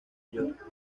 york